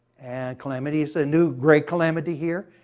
calamity is a new gray calamity here.